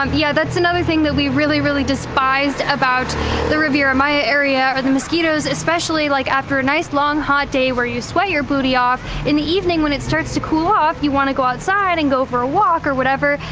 um yeah that's another thing that we really really despised about the riviera maya area are the mosquitoes. especially like after a nice long hot day where you sweat your booty off. in the evening when it starts to cool off, you want to go outside and go for a walk or whatever,